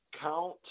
count